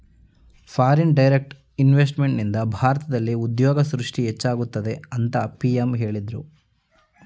foreign direct ಇನ್ವೆಸ್ತ್ಮೆಂಟ್ನಿಂದ ಭಾರತದಲ್ಲಿ ಉದ್ಯೋಗ ಸೃಷ್ಟಿ ಹೆಚ್ಚಾಗುತ್ತದೆ ಅಂತ ಪಿ.ಎಂ ಹೇಳಿದ್ರು